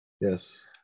yes